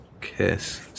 kiss